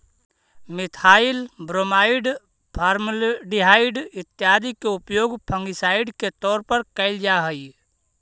methyl bromide, formaldehyde इत्यादि के उपयोग फंगिसाइड के तौर पर कैल जा हई